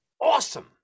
awesome